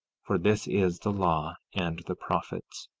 for this is the law and the prophets.